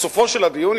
בסופו של הדיון,